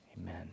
Amen